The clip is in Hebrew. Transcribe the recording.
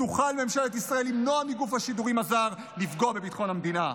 תוכל ממשלת ישראל למנוע מגוף השידורים הזר לפגוע בביטחון המדינה.